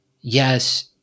yes